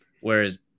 Whereas